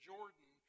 Jordan